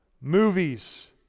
Movies